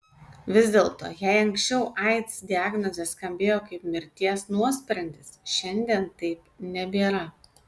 vis dėlto jei anksčiau aids diagnozė skambėjo kaip mirties nuosprendis šiandien taip nebėra